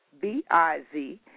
B-I-Z